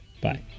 Bye